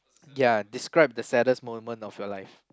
ya describe the sadness moment of your life